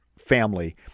family